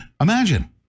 imagine